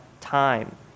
time